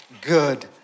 good